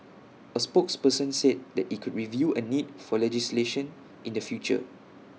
A spokesperson said then IT could review A need for legislation in the future